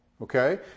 Okay